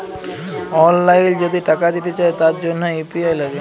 অললাইল যদি টাকা দিতে চায় তার জনহ ইউ.পি.আই লাগে